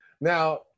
Now